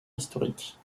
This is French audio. historiques